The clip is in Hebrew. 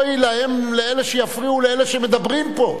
אוי לאלה שיפריעו לאלה שמדברים פה,